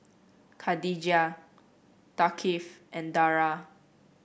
Khadija Thaqif and Dara